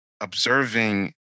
observing